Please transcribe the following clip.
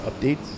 updates